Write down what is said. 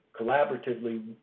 collaboratively